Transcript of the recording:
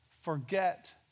forget